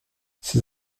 ses